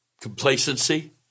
complacency